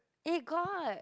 eh got